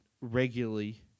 regularly